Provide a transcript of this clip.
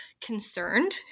concerned